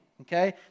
Okay